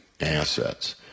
assets